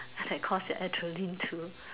that cause the adreline to